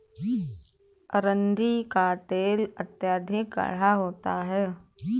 अरंडी का तेल अत्यधिक गाढ़ा होता है